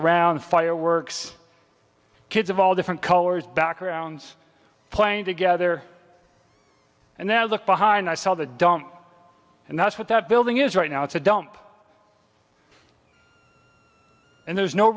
around fireworks kids of all different colors backgrounds playing together and now look behind i saw the dome and that's what that building is right now it's a dump and there's no